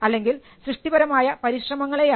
അല്ലെങ്കിൽ സൃഷ്ടിപരമായ പരിശ്രമങ്ങളെയാണ്